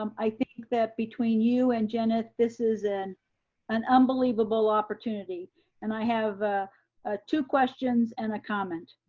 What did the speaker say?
um i think that between you and jenith, this is and an unbelievable opportunity and i have a two questions and a comment.